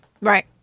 Right